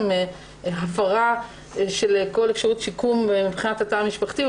והפרה של כל אפשרות שיקום מבחינת התא המשפחתי,